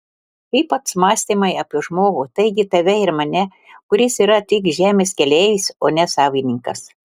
ypač mąstymai apie žmogų taigi tave ir mane kuris yra tik žemės keleivis o ne savininkas